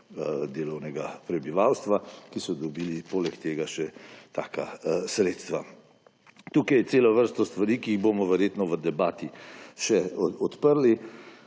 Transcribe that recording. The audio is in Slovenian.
delovnega prebivalstva, ki so dobili poleg tega še taka sredstva. Tukaj je cela vrsta stvari, ki jih bomo verjetno v debati še odprli.